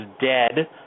dead